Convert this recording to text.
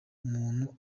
umuntu